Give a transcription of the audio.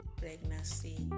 pregnancy